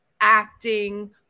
acting